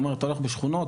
אתה הולך בשכונות,